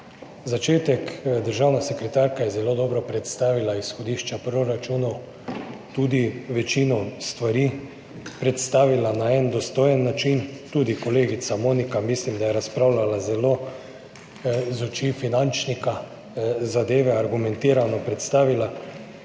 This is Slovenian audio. začetku je državna sekretarka zelo dobro predstavila izhodišča proračunov, večino stvari tudi predstavila na en dostojen način, tudi za kolegico Moniko mislim, da je razpravljala iz oči finančnika, zadeve argumentirano predstavila,